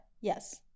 yes